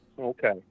Okay